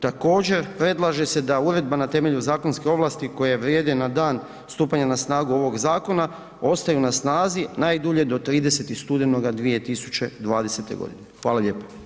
Također, predlaže se da uredbama na temelju zakonske ovlasti koje vrijede na dan stupanja na snagu ovoga zakona, ostaju na snazi najdulje do 30. studenoga 2020. g. Hvala lijepo.